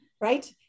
right